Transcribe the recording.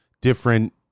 different